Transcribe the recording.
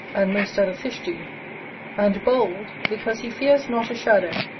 and most other fish do and bold, because he fears not a shadow,